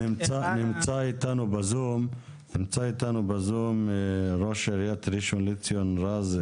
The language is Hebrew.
נמצא איתנו ב-זום ראש עיריית ראשון לציון.